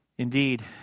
Indeed